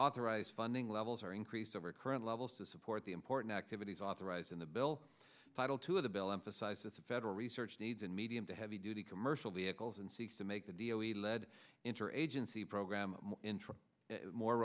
authorized funding levels are increased over current levels to support the important activities authorized in the bill title two of the bill emphasizes the federal research needs in medium to heavy duty commercial vehicles and seeks to make the deal e led interagency program more